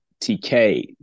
TK